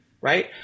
right